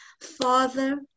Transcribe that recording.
Father